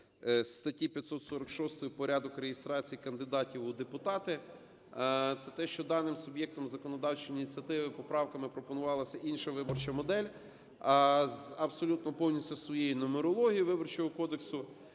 статті 546 "Порядок реєстрації кандидатів у депутати", це те, що даним суб'єктом законодавчої ініціативи поправками пропонувалася інша виборча модель, з абсолютно повністю своєю нумерологією Виборчого кодексу,